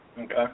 Okay